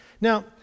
Now